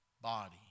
body